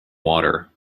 water